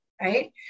Right